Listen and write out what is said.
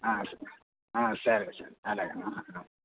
సరె అలాగె